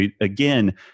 again